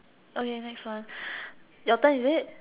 okay next one your turn is it